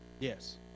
yes